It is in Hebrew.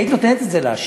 היית נותנת את זה לעשירים?